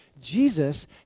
Jesus